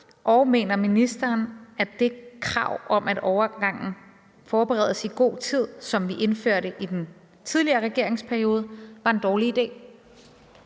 og mener ministeren, at det krav om, at overgangen forberedes i god tid, som vi indførte i forrige regeringsperiode, var en dårlig idé?